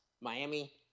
Miami